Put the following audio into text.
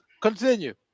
continue